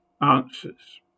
answers